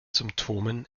symptomen